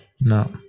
no